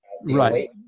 right